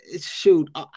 shoot